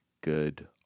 good